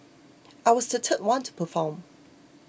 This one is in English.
I was the third one to perform